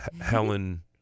Helen